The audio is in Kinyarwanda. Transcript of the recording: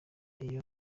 iyo